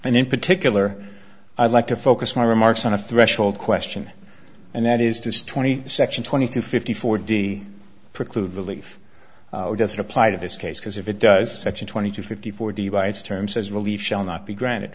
and in particular i'd like to focus my remarks on a threshold question and that is does twenty section twenty two fifty four d preclude belief doesn't apply to this case because if it does such a twenty two fifty four d by its terms as relief shall not be granted